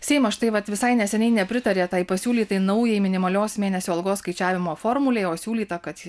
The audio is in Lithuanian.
seimas štai vat visai neseniai nepritarė tai pasiūlytai naujai minimalios mėnesio algos skaičiavimo formulei o siūlyta kad